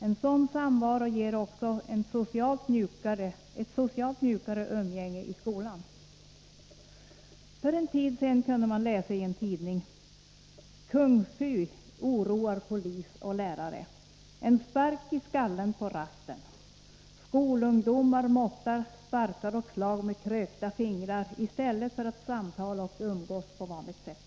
En sådan samvaro ger också ett socialt mjukare umgänge i skolan. För en tid sedan kunde man läsa följande rubrik i en tidning: ”Kung-fu oroar polis och lärare. En spark i skallen på rasten”. Ingressen löd: ”Skolungdomar som måttar sparkar och slag med krökta fingrar mot varandra i stället för att samtala och umgås på vanligt sätt.